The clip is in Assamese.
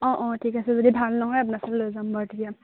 অঁ অঁ ঠিক আছে যদি ভাল নহয় আপােনাৰ ওচৰলৈ লৈ যাম বাৰু তেতিয়া